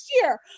year